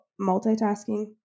multitasking